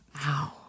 wow